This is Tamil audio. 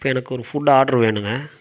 இப்போ எனக்கு ஒரு ஃபுட்டு ஆட்ரு வேணும்ங்க